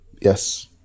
Yes